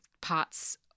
parts